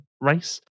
race